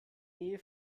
nähe